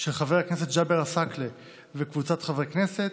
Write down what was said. של חבר הכנסת ג'אבר עסאקלה וקבוצת חברי הכנסת,